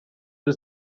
des